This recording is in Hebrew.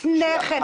היה לפני כן.